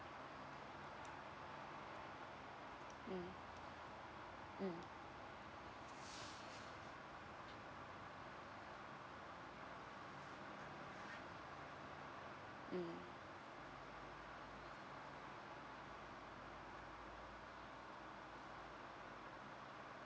mm mm mm